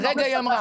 הרגע היא אמרה.